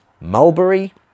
mulberry